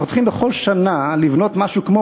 אנחנו צריכים בכל שנה לבנות משהו כמו